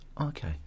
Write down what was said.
Okay